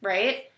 Right